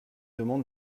demande